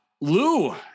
Lou